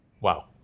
Wow